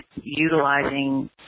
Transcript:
utilizing